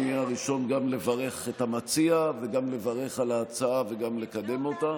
אני אהיה הראשון גם לברך את המציע וגם לברך על ההצעה וגם לקדם אותה.